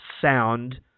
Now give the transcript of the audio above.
sound